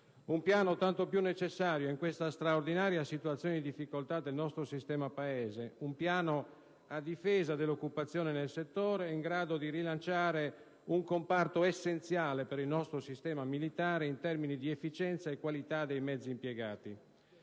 Un piano tanto più necessario in questa straordinaria situazione di difficoltà del nostro sistema-Paese, un piano a difesa dell'occupazione nel settore in grado di rilanciare un comparto essenziale per il nostro sistema militare in termini di efficienza e qualità dei mezzi impiegati.